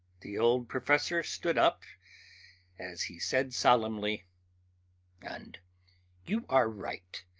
the old professor stood up as he said solemnly and you are right.